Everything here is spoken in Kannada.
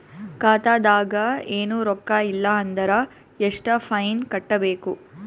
ಖಾತಾದಾಗ ಏನು ರೊಕ್ಕ ಇಲ್ಲ ಅಂದರ ಎಷ್ಟ ಫೈನ್ ಕಟ್ಟಬೇಕು?